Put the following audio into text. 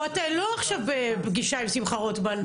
אתה לא עכשיו בפגישה עם שמחה רוטמן,